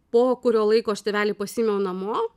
po kurio laiko aš tėvelį pasiėmiau namo